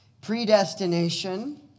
Predestination